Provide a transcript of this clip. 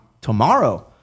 tomorrow